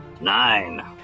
Nine